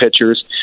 pitchers